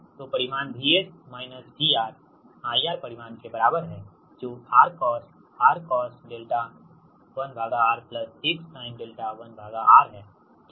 तो परिमाण VS minus VR IR परिमाण के बराबर है जो R cos R cos𝛿 1R X sin𝛿1Rहैठीक